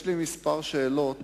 יש לי כמה שאלות